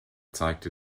zeigte